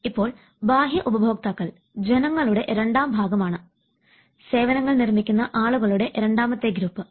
ഇപ്പോൾ ബാഹ്യ ഉപഭോക്താക്കൾ ജനങ്ങളുടെ രണ്ടാം ഭാഗമാണ് സേവനങ്ങൾ നിർമ്മിക്കുന്ന ആളുകളുടെ രണ്ടാമത്തെ ഗ്രൂപ്പ്